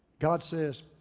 god says,